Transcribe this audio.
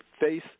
face